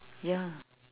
ya